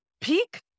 peak